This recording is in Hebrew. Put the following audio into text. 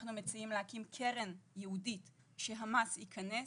אנחנו מציעים להקים קרן ייעודית אליו המס ייכנס,